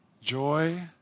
Joy